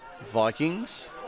Vikings